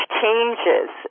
changes